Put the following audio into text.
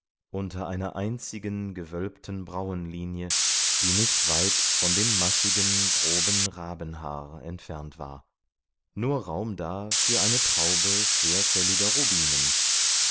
unter einer einzigen gewölbten brauenlinie die nicht weit von dem massigen groben rabenhaar entfernt war nur raum da für eine traube schwerfälliger rubinen